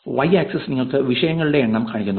Y axis നിങ്ങൾക്ക് വിഷയങ്ങളുടെ എണ്ണം കാണിക്കുന്നു